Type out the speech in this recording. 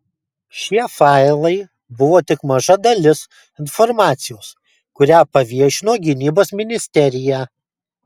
šie failai buvo tik maža dalis informacijos kurią paviešino gynybos ministerija